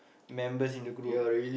members in the group